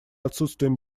отсутствием